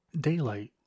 Daylight